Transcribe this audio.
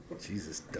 Jesus